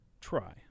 try